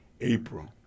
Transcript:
April